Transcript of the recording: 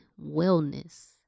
wellness